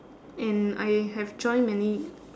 and I have joined many